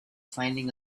finding